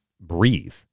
breathe